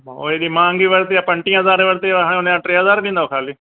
उहा हेॾी महांगी वरिती आहे पंटीह हज़ारे वरिती आहे हाणे हुनजा टे हज़ार ॾींदव ख़ाली